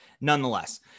nonetheless